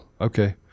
Okay